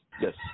Yes